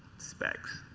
specs.